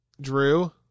Drew